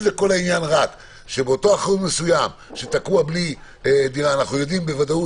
אם כל העניין רק שאנחנו יודעים בוודאות